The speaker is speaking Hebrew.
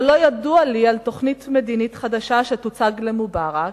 אבל לא ידוע לי על תוכנית מדינית חדשה שתוצג למובארק,